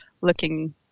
looking